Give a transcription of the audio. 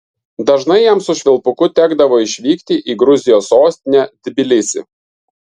dažnai jam su švilpuku tekdavo išvykti į gruzijos sostinę tbilisį